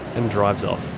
and drives off.